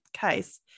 case